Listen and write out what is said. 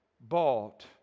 bought